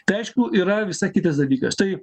tai aišku yra visa kitas dalykas tai